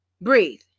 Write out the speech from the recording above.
Breathe